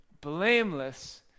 blameless